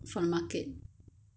from market